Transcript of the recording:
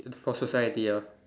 for society ah